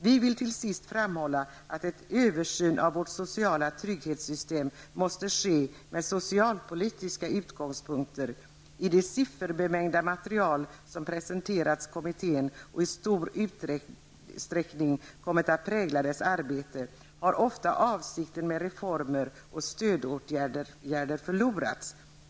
Vi vill till sist framhålla att en översyn av vårt sociala trygghetssystem måste ske med socialpolitiska utgångspunkter. I det sifferbemängda material som presenterats kommittén och i stor utsträckning kommit att prägla dess arbete har ofta avsikten med reformer och stödåtgärder förlorats.